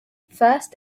first